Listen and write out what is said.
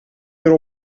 meer